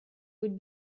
would